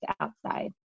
outside